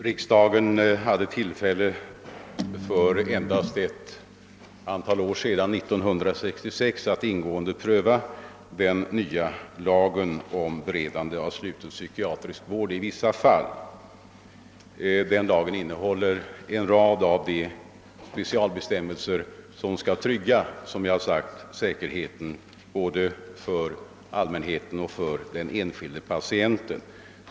Herr talman! Riksdagen hade för endast ett antal år sedan, 1966, tillfälle att ingående pröva den nya lagen om beredande av sluten psykiatrisk vård i vissa fall. Den lagen innehåller en rad specialbestämmelser, vilka — som det sagts — skall trygga säkerheten för både allmänheten och den enskilde patienten.